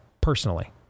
personally